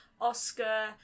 Oscar